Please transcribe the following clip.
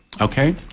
Okay